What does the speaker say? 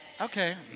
Okay